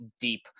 deep